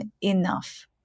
enough